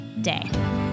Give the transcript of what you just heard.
day